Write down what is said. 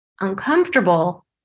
uncomfortable